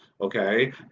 Okay